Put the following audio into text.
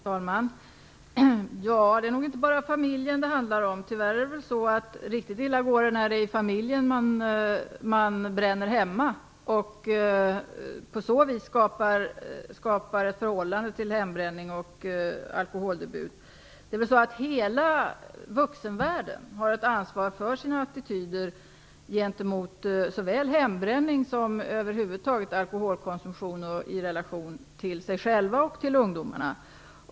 Fru talman! Det är nog inte bara familjen det handlar om. Tyvärr går det riktigt illa i familjer där man bränner hemma och på så vis skapar en viss attityd till hembränning och alkoholkonsumtion. Hela vuxenvärlden har ett ansvar när det gäller hembränning och över huvud taget alkoholkonsumtion gentemot sig själva och ungdomarna.